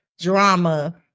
drama